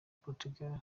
portugal